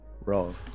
Wrong